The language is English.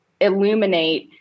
illuminate